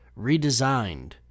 redesigned